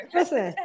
Listen